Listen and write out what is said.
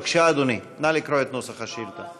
בבקשה, אדוני, נא לקרוא את נוסח השאילתה.